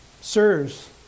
Sirs